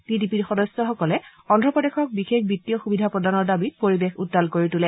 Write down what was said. T ডি পিৰ সদস্যসকলে অভ্ৰপ্ৰদেশক বিশেষ বিত্তীয় সুবিধা প্ৰদানৰ দাবীত পৰিৱেশ উত্তাল কৰি তোলে